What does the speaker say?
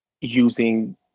using